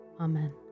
Amen